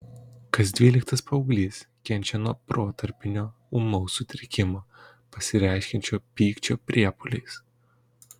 kas dvyliktas paauglys kenčia nuo protarpinio ūmaus sutrikimo pasireiškiančio pykčio priepuoliais